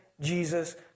Jesus